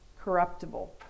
corruptible